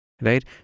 right